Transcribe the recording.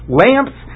lamps